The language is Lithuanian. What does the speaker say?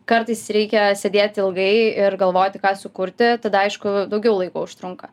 kartais reikia sėdėti ilgai ir galvoti ką sukurti tada aišku daugiau laiko užtrunka